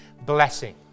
blessing